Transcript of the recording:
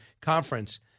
conference